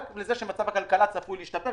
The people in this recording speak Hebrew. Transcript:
רק לזה שמצב הכלכלה צפוי להשתפר,